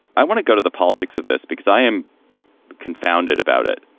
i want to go to the politics of this because i am confounded about it.